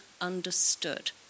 understood